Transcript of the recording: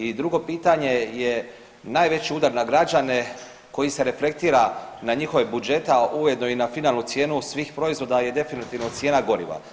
I drugo pitanje najveći udar na građane koji se reflektira na njihove budžete, a ujedno i na finalnu cijenu svih proizvoda je definitivno cijena goriva.